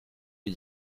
lui